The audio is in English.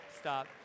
stop